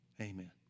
amen